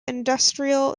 industrial